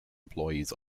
employees